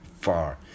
far